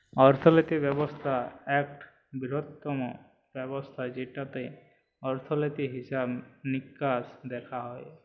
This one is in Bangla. অর্থলিতি ব্যবস্থা ইকট বিরহত্তম ব্যবস্থা যেটতে অর্থলিতি, হিসাব মিকাস দ্যাখা হয়